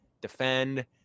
defend